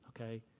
okay